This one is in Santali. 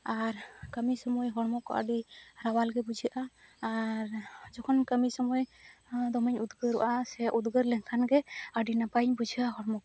ᱟᱨ ᱠᱟᱹᱢᱤ ᱥᱚᱢᱚᱭ ᱦᱚᱲᱢᱚ ᱠᱚ ᱟ ᱰᱤ ᱨᱟᱣᱟᱞ ᱜᱮ ᱵᱩᱡᱷᱟᱹᱜᱼᱟ ᱟᱨ ᱡᱚᱠᱷᱚᱱ ᱠᱟᱹᱢᱤ ᱥᱚᱢᱚᱭ ᱫᱚᱢᱮᱧ ᱩᱫᱽᱜᱟᱹᱨᱚᱜᱼᱟ ᱥᱮ ᱩᱫᱽᱜᱟᱹᱨ ᱞᱮᱱᱠᱷᱟᱱ ᱜᱮ ᱟᱹᱰᱤ ᱱᱟᱯᱟᱭᱤᱧ ᱵᱩᱡᱷᱟᱹᱣᱟ ᱦᱚᱲᱢᱚ ᱠᱚ